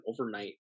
overnight